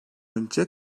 önce